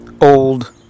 old